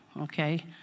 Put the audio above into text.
okay